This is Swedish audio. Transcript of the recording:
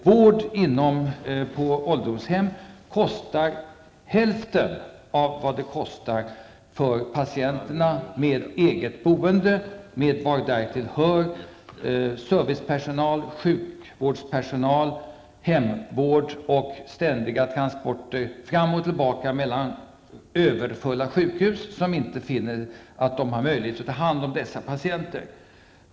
Vård på ålderdomshem kostar hälften så mycket som det kostar med patienter med eget boende och vad därtill hör: servicepersonal, sjukvårdspersonal, hemvård och ständiga transporter fram och tillbaka mellan överfulla sjukhus som inte finner att de har möjlighet att ta hand om dessa patienter.